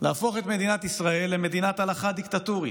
להפוך את מדינת ישראל למדינת הלכה דיקטטורית.